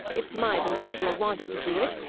it's my belief you are wanting to do it.